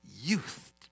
Youth